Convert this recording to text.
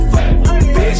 Bitch